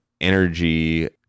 energy